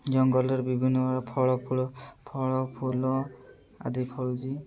ଜଙ୍ଗଲରେ ବିଭିନ୍ନ ପ୍ରକାର ଫଳ ଫୁଲ ଫଳ ଫୁଲ ଆଦି ଫଳୁଛି